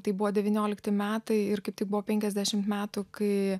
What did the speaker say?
tai buvo devyniolikti metai ir kaip tik buvo penkiasdešimt metų kai